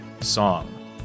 song